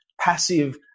passive